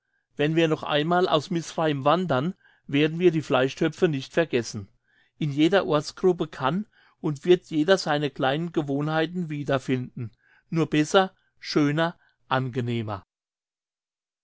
wenn wir noch einmal aus mizraim wandern werden wir die fleischtöpfe nicht vergessen in jeder ortsgruppe kann und wird jeder seine kleinen gewohnheiten wiederfinden nur besser schöner angenehmer